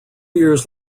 years